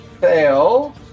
fail